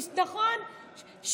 נכון,